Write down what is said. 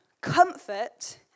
comfort